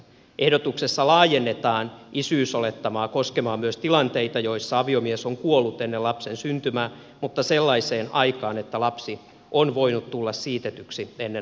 ehdotuksessa laajennetaan isyysolettamaa koskemaan myös tilanteita joissa aviomies on kuollut ennen lapsen syntymää mutta sellaiseen aikaan että lapsi on voinut tulla siitetyksi ennen aviomiehen kuolemaa